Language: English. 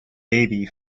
baby